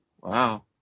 Wow